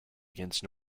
against